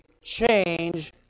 change